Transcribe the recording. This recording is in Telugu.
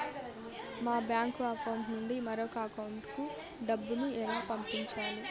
మా బ్యాంకు అకౌంట్ నుండి మరొక అకౌంట్ కు డబ్బును ఎలా పంపించాలి